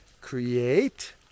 Create